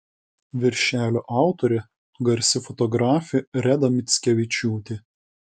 viršelio autorė garsi fotografė reda mickevičiūtė